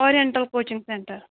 oriental coaching center